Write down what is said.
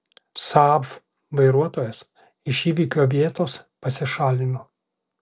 saab vairuotojas iš įvykio vietos pasišalino